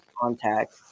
Contact